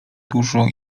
dużo